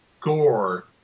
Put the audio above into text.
gore